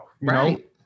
Right